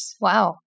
Wow